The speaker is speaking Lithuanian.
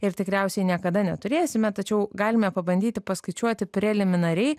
ir tikriausiai niekada neturėsime tačiau galime pabandyti paskaičiuoti preliminariai